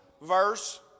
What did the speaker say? verse